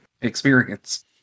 experience